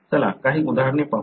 चला काही उदाहरणे पाहू